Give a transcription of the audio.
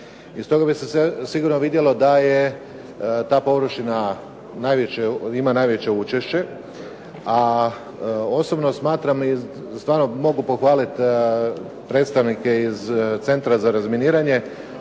Iz toga bi se sigurno vidjelo da je ta površina ima najveće učešće. A osobno smatram i stvarno mogu pohvaliti predstavnike iz Centra za razminiranje